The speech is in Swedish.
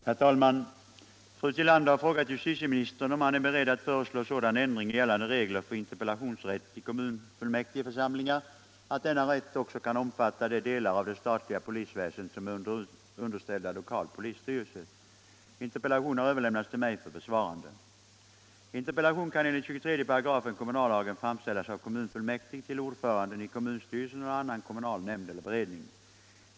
Herr talman! Fru Tillander har frågat justitieministern om han är beredd att föreslå sådan ändring i gällande regler för interpellationsrätt i kommunfullmäktigeförsamlingar att denna rätt också kan omfatta de delar av det statliga polisväsendet som är underställda lokal polisstyrelse. Interpellationen har överlämnats till mig för besvarande. Interpellation kan enligt 23 § kommunallagen framställas av kommunfullmäktig till ordföranden i kommunstyrelsen eller annan kommunal nämnd eller beredning.